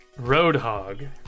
Roadhog